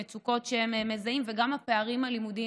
המצוקות שהם מזהים וגם הפערים הלימודיים,